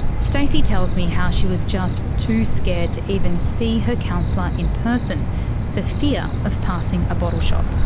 stacey tells me how she was just too scared to even see her counsellor in person for fear of passing a bottle shop.